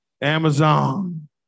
Amazon